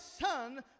son